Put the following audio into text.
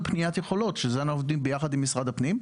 בניית יכולות שעל זה אנחנו עובדים ביחד עם משרד הפנים,